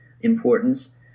importance